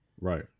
Right